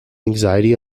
anxiety